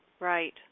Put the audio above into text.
Right